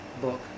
book